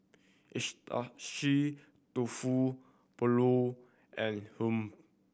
dofu Pulao and Hummu